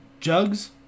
Jugs